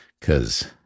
Cause